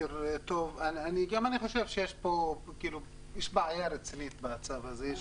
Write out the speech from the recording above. גם אני חושב שיש בעיה רצינית בצו הזה.